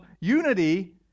unity